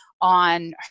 On